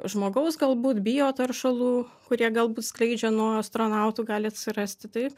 žmogaus galbūt bio taršalų kurie galbūt skleidžia nuo astronautų gali atsirasti taip